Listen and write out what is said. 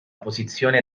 posizione